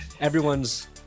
everyone's